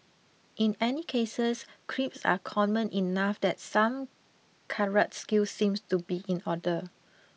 in any cases creeps are common enough that some karate skills seem to be in order